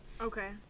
Okay